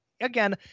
again